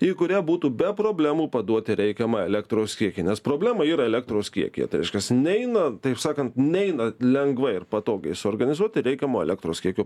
į kurią būtų be problemų paduoti reikiamą elektros kiekį nes problema yra elektros kiekyje tai reiškias neina taip sakant neina lengva ir patogiai suorganizuoti reikiamo elektros kiekio